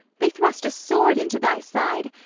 they thrust a sword into thy side.